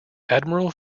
admiral